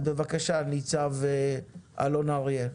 אז בבקשה ניצב אלון אריה.